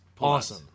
awesome